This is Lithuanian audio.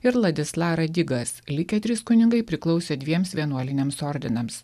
ir ladislara digas likę trys kunigai priklausė dviems vienuoliniams ordinams